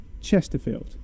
Chesterfield